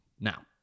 Now